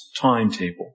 timetable